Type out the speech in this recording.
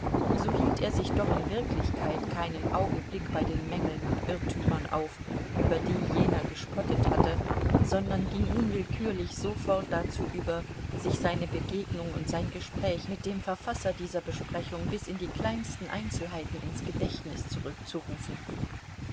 so hielt er sich doch in wirklichkeit keinen augenblick bei den mängeln und irrtümern auf über die jener gespottet hatte sondern ging unwillkürlich sofort dazu über sich seine begegnung und sein gespräch mit dem verfasser dieser besprechung bis in die kleinsten einzelheiten ins gedächtnis zurückzurufen